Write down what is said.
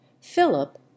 Philip